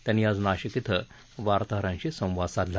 त्यांनी आज नाशिक धिं वार्ताहरांशी संवाद साधला